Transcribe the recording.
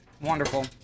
Wonderful